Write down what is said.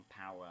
power